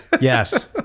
Yes